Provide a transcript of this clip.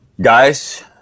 Guys